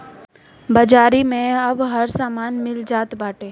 बाजारी में अब हर समान मिल जात बाटे